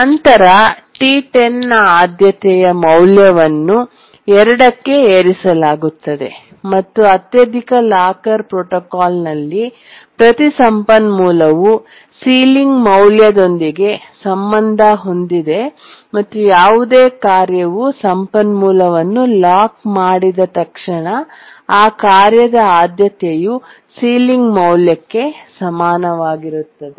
ನಂತರ T10 ನ ಆದ್ಯತೆಯ ಮೌಲ್ಯವನ್ನು 2 ಕ್ಕೆ ಏರಿಸಲಾಗುತ್ತದೆ ಮತ್ತು ಅತ್ಯಧಿಕ ಲಾಕರ್ ಪ್ರೋಟೋಕಾಲ್ನಲ್ಲಿ ಪ್ರತಿ ಸಂಪನ್ಮೂಲವು ಸೀಲಿಂಗ್ ಮೌಲ್ಯದೊಂದಿಗೆ ಸಂಬಂಧ ಹೊಂದಿದೆ ಮತ್ತು ಯಾವುದೇ ಕಾರ್ಯವು ಸಂಪನ್ಮೂಲವನ್ನು ಲಾಕ್ ಮಾಡಿದ ತಕ್ಷಣ ಆ ಕಾರ್ಯದ ಆದ್ಯತೆಯು ಸೀಲಿಂಗ್ ಮೌಲ್ಯಕ್ಕೆ ಸಮಾನವಾಗಿರುತ್ತದೆ